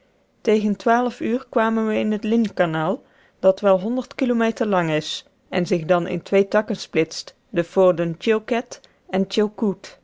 tegen twaalf uur kwamen we in het lynnkanaal dat wel honderd kilometer lang is en zich dan in twee takken splitst de fjorden chilkat en